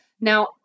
Now